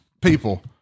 People